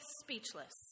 speechless